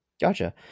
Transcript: Gotcha